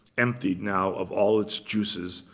emptied now of all its juices,